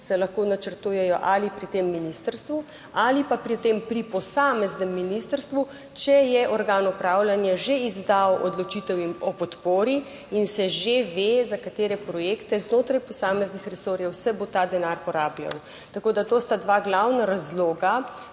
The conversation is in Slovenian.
se lahko načrtujejo ali pri tem ministrstvu ali pa pri potem pri posameznem ministrstvu, če je organ upravljanja že izdal odločitev o podpori. In se že ve, za katere projekte znotraj posameznih resorjev se bo ta denar porabljal. Tako da to sta dva glavna razloga,